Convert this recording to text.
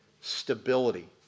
stability